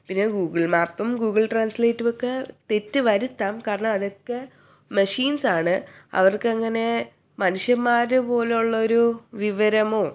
പിന്നെ ഗൂഗിൾ മാപ്പും ഗൂഗിൾ ട്രാൻസ്ലേറ്റുമൊക്കെ തെറ്റ് വരുത്താം കാരണം അതൊക്കെ മെഷീൻസ് ആണ് അവർക്ക് അങ്ങനെ മനുഷ്യന്മാർ പോലെയുള്ളൊരു വിവരമോ